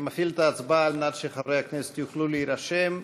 אני מפעיל את ההצבעה כדי שחברי הכנסת יוכלו להירשם,